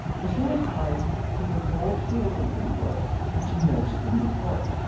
the same applies to the gold filigree work which you noticed in the court.